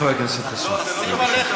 חבר הכנסת חסון.